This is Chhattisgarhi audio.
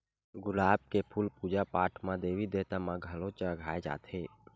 गुलाब के फूल पूजा पाठ म देवी देवता म घलो चघाए जाथे